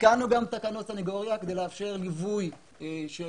תיקנו גם תקנות סנגוריה כדי לאפשר ליווי של